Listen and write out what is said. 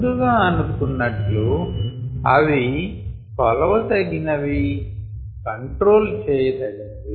ముందుగా అనుకున్నట్లు అవి కొలవ తగినవి కంట్రోల్ చేయతగినవి